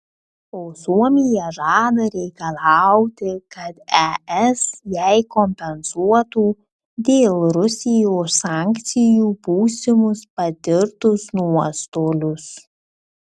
o suomija žada reikalauti kad es jai kompensuotų dėl rusijos sankcijų būsimus patirtus nuostolius